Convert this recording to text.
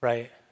Right